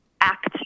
act